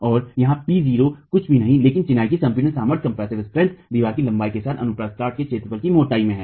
और यहाँ P0 कुछ भी नहीं है लेकिन चिनाई की संपीड़ित सामर्थ्य दीवार की लंबाई के साथ अनुप्रस्थ काट के क्षेत्रफल में मोटाई में है